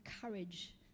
courage